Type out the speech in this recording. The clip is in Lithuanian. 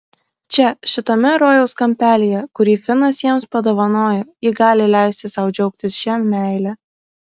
čia šitame rojaus kampelyje kurį finas jiems padovanojo ji gali leisti sau džiaugtis šia meile